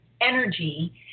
energy